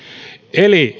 eli